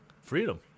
Freedom